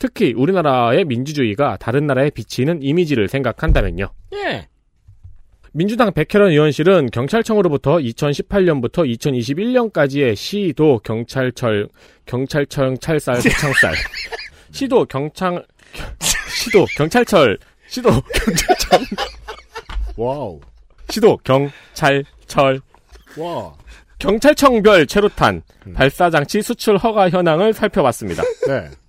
특히 우리나라의 민주주의가 다른 나라에 비치는 이미지를 생각한다면요. 예. 민주당 백혜련 의원실은 경찰청으로부터 2018년부터 2021년까지의 시도 경찰철- 경찰청 찰쌀 도창살. 시도 경창- 겨- 시도 경찰철. 시도 경찰청. 와우. 시도 경찰철. 와우. 경찰청별 최루탄, 음. 발사장치 수출 허가 현황을 살펴봤습니다. 네.